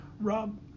Rob